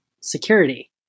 security